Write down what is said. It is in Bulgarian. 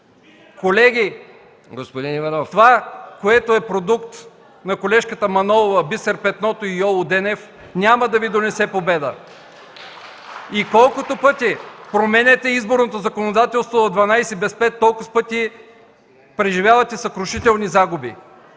Колеги, това, което е продукт на колежката Манолова, Бисер Петното и Йоло Денев, няма да Ви донесе победа. (Ръкопляскания от ГЕРБ.) Колкото пъти променяте изборното законодателство в 12 без 5, толкова пъти преживявате съкрушителни загуби.